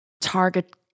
target